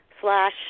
Slash